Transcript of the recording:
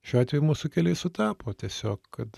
šiuo atveju mūsų keliai sutapo tiesiog kad